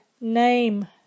name